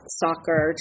soccer